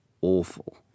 awful